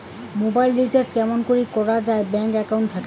Mobile recharge কেমন করি করা যায় ব্যাংক একাউন্ট থাকি?